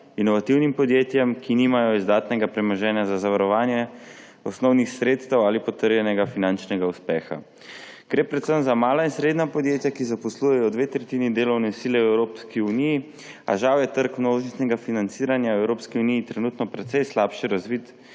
inovativnim podjetjem, ki nimajo izdatnega premoženja za zavarovanje osnovnih sredstev ali potrjenega finančnega uspeha. Gre predvsem za mala in srednja podjetja, ki zaposlujejo dve tretjini delovne sile v Evropski uniji, a žal je trg množičnega financiranja v Evropski uniji trenutno precej slabše razvit